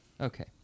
Okay